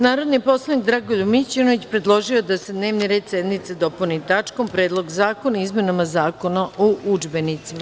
Narodni poslanik Dragoljub Mićunović, predložio je da se dnevni red sednice dopuni tačkom – Predlog zakona o izmenama Zakona o udžbenicima.